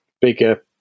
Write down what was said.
bigger